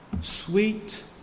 sweet